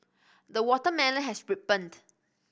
the watermelon has ripened